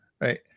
Right